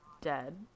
dead